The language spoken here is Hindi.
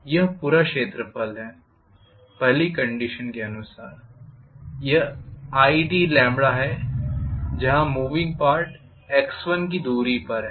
यह idपूरा क्षेत्रफल है पहली कंडीशन के अनुसार यह है जहां मूविंग पार्ट x1 की दूरी पर है